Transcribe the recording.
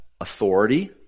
Authority